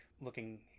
looking